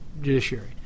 judiciary